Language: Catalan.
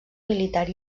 militar